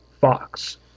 Fox